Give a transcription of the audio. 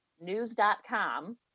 news.com